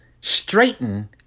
straighten